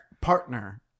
Partner